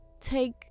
take